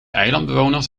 eilandbewoners